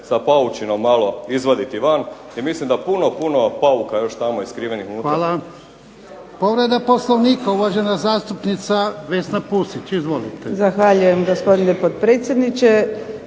sa paučinom malo izvaditi van. I mislim da puno, puno pauka još tamo je skriven unutra. **Jarnjak, Ivan (HDZ)** Hvala. Povreda Poslovnika uvažena zastupnica Vesna Pusić. Izvolite. **Pusić, Vesna (HNS)** Zahvaljujem gospodine potpredsjedniče.